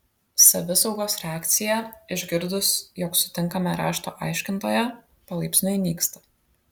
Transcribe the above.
savisaugos reakcija išgirdus jog sutinkame rašto aiškintoją palaipsniui nyksta